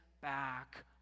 back